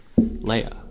Leia